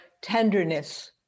tenderness